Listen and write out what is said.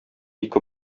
ике